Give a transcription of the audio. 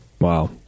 Wow